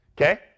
Okay